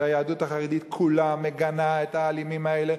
שהיהדות החרדית כולה מגנה את האלימים האלה,